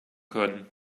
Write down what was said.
können